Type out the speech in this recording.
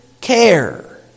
care